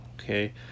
Okay